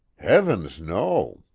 heavens, no.